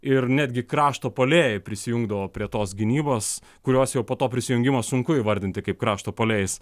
ir netgi krašto puolėjai prisijungdavo prie tos gynybos kurios jau po to prisijungimo sunku įvardinti kaip krašto puolėjais